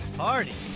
party